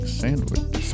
sandwich